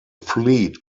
fleet